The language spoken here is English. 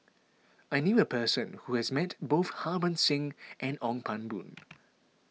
I knew a person who has met both Harbans Singh and Ong Pang Boon